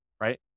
right